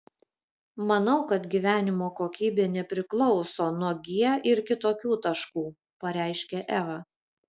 manau kad gyvenimo kokybė nepriklauso nuo g ir kitokių taškų pareiškė eva